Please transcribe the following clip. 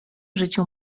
życiu